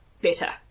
better